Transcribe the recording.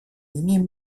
имеем